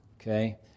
Okay